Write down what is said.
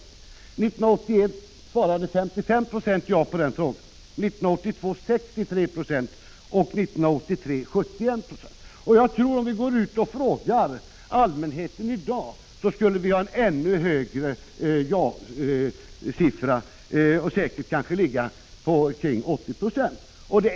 1981 svarade 55 96, 1982 63 96 och 198371 96 ja på den frågan. Om vi går ut och frågar allmänheten i dag, tror jag att vi skulle få en ännu högre ja-siffra. Den skulle säkert ligga på omkring 80 96.